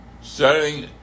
setting